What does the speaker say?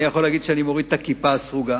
אני יכול להגיד שאני מוריד את הכיפה הסרוגה.